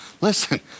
Listen